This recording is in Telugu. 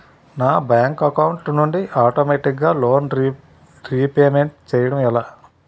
నా బ్యాంక్ అకౌంట్ నుండి ఆటోమేటిగ్గా లోన్ రీపేమెంట్ చేయడం ఎలా?